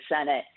Senate